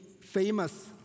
famous